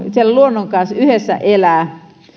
siellä luonnon kanssa yhdessä elää